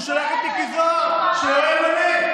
הוא שלח את מיקי זוהר שהוא לא ימנה,